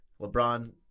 LeBron